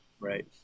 right